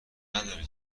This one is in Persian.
نداره